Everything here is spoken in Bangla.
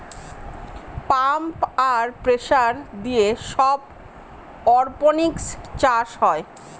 পাম্প আর প্রেসার দিয়ে সব অরপনিক্স চাষ হয়